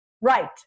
Right